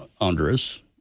Andres